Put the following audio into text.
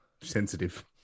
Sensitive